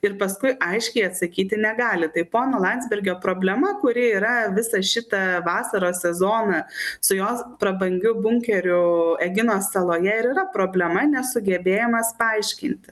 ir paskui aiškiai atsakyti negali tai pono landsbergio problema kuri yra visa šita vasaros sezoną su jos prabangiu bunkeriu eginos saloje ir yra problema nesugebėjimas paaiškinti